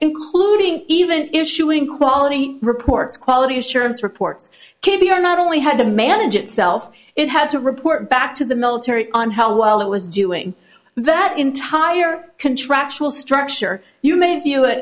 including even issuing quality reports quality assurance reports k b r not only had to manage itself it had to report back to the military on how well it was doing that entire contractual structure you may view it